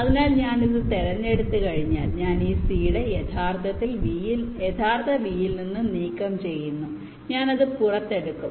അതിനാൽ ഞാൻ ഇത് തിരഞ്ഞെടുത്തുകഴിഞ്ഞാൽ ഞാൻ ഈ സീഡ് യഥാർത്ഥ വിയിൽ നിന്ന് നീക്കംചെയ്യുന്നു ഞാൻ അത് പുറത്തെടുക്കും